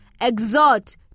exhort